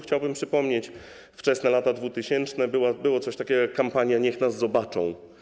Chciałbym przypomnieć wczesne lata dwutysięczne, kiedy było coś takiego jak kampania „Niech nas zobaczą”